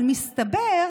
אבל מסתבר